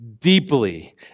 deeply